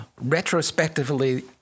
retrospectively